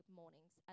mornings